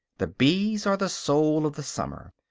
the bees are the soul of the summer,